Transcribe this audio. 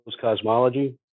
Cosmology